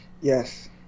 Yes